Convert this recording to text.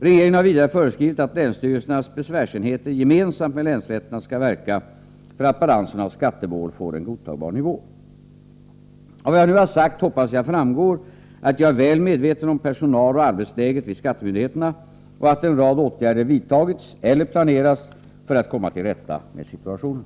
Regeringen har vidare föreskrivit att länsstyrelsernas besvärsenheter gemensamt med länsrätterna skall verka för att balanserna av skattemål får en godtagbar nivå. Av vad jag nu har sagt hoppas jag framgår att jag är väl medveten om personaloch arbetsläget vid skattemyndigheterna och att en rad åtgärder vidtagits eller planeras för att komma till rätta med situationen.